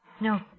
No